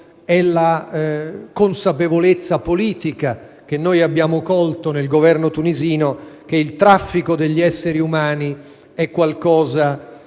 è la consapevolezza politica che noi abbiamo colto nel Governo tunisino che il traffico degli esseri umani è qualcosa